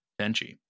Benji